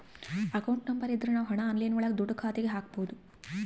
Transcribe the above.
account number ಇದ್ರ ನಾವ್ ಹಣ ಆನ್ಲೈನ್ ಒಳಗ ದುಡ್ಡ ಖಾತೆಗೆ ಹಕ್ಬೋದು